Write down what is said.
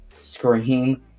scream